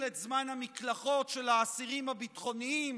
את זמן המקלחות של האסירים הביטחוניים.